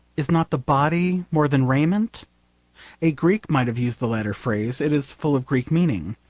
is not the body more than raiment a greek might have used the latter phrase. it is full of greek feeling.